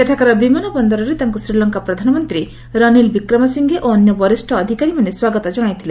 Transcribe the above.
ସେଠାକାର ବିମାନ ବନ୍ଦରରେ ତାଙ୍କୁ ଶ୍ରୀଲଙ୍କା ପ୍ରଧାମନ୍ତୀ ରନିଲ୍ ବିକ୍ରମାସିଂହେ ଓ ଅନ୍ୟ ବରିଷ୍ଣ ଅଧିକାରୀମାନେ ସ୍ୱାଗତ କଣାଇଥିଲେ